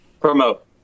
Promote